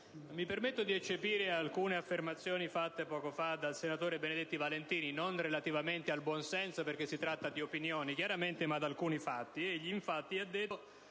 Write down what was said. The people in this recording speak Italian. mi permetto di eccepire alcune affermazioni fatte poco fa dal senatore Benedetti Valentini, non relativamente al buonsenso, perché si tratta di opinioni, chiaramente, ma in relazione ad alcuni fatti.